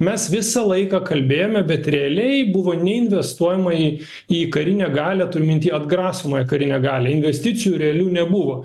mes visą laiką kalbėjome bet realiai buvo neinvestuojama į į karinę galią turiu minty atgrasomąją karinę galią investicijų realių nebuvo